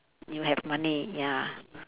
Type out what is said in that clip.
you have money ya